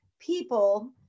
people